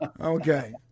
Okay